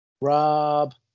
Rob